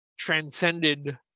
transcended